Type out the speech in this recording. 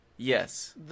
Yes